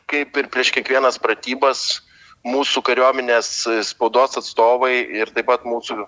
kaip ir prieš kiekvienas pratybas mūsų kariuomenės spaudos atstovai ir taip pat mūsų